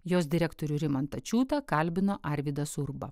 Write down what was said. jos direktorių rimantą čiutą kalbino arvydas urba